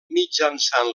mitjançant